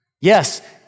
Yes